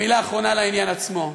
ומילה אחרונה לעניין עצמו,